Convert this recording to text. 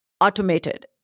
automated